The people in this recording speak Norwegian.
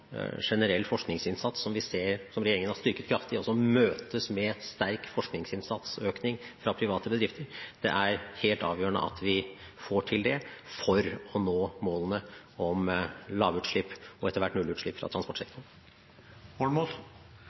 generell forskningsinnsats som regjeringen har styrket kraftig, og som møtes med sterk forskningsinnsatsøkning fra private bedrifter – er helt avgjørende å få til, slik at vi kan nå målene om lavutslipp, og etter hvert nullutslipp, fra transportsektoren.